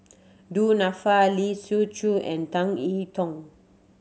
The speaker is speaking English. Du Nanfa Lee Siu Chiu and Tan E Tong